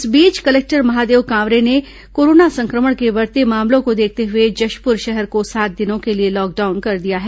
इस बीच कलेक्टर महादेव कावरे ने कोरोना संक्रमण के बढ़ते मामलों को देखते हुए जशपुर शहर को सात दिनों के लिए लॉकडाउन कर दिया है